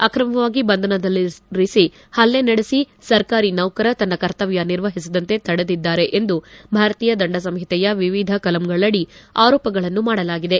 ಅಕ್ರಮವಾಗಿ ಬಂಧನದಲ್ಲಿರಿಸಿ ಹಲ್ಲೆ ನಡೆಸಿ ಸರ್ಕಾರಿ ನೌಕರ ತನ್ನ ಕರ್ತವ್ದ ನಿರ್ವಹಿಸದಂತೆ ತಡೆದಿದ್ದಾರೆ ಎಂದು ಭಾರತೀಯ ದಂಡ ಸಂಹಿತೆಯ ವಿವಿಧ ಕಲಂಗಳಡಿ ಆರೋಪಗಳನ್ನು ಮಾಡಲಾಗಿದೆ